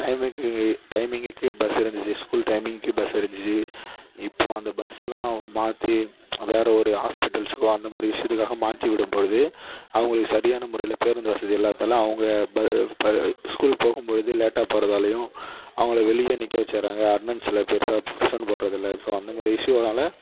timing timing bus இருந்துச்சி school timing bus இருந்துச்சி இப்போ அந்த பஸ்லாம் மாற்றி வேறு ஒரு ஹாஸ்பிட்டல்ஸ்கோ அந்தமாதிரி விஷயத்துக்கோ மாற்றி விடும்போது அவங்களுக்கு சரியான முறையில் பேருந்து வசதி இல்லாததால அவங்க ப ப ஸ்கூல் போகும்பொழுது லேட்டாக போகிறதாலயும் அவங்கள வெளியே நிற்க வச்சுர்றாங்க அட்னன்ஸில் பெரிசா பிரசன்ட் போடுறதில்ல ஸோ அந்தமாதிரி இஷ்யூனால